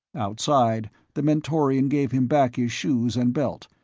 outside, the mentorian gave him back his shoes and belt,